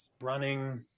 running